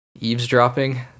eavesdropping